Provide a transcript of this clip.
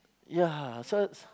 yeah so so